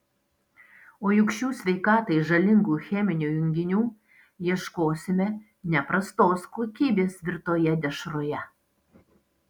o juk šių sveikatai žalingų cheminių junginių ieškosime ne prastos kokybės virtoje dešroje